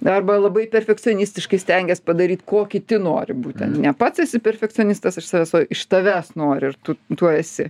arba labai perfekcionistiškai stengias padaryt ko kiti nori būti ne pats esi perfekcionistas iš savęs o iš tavęs nori ir tu tuo esi